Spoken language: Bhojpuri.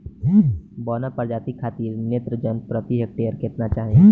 बौना प्रजाति खातिर नेत्रजन प्रति हेक्टेयर केतना चाही?